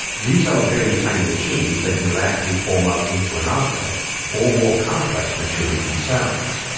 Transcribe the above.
these are very tiny machines that can rapidly form up into an object or more complex machines themselves.